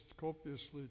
copiously